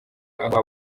aho